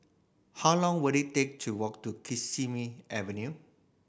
how long will it take to walk to Kismi Avenue